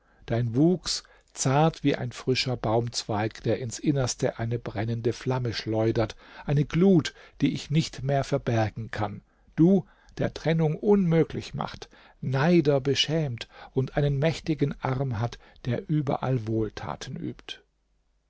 dein wuchs zart wie ein frischer baumzweig der ins innerste eine brennende flamme schleudert eine glut die ich nicht mehr verbergen kann du der trennung unmöglich macht neider beschämt und einen mächtigen arm hat der überall wohltaten übt